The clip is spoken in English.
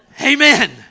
Amen